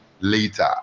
later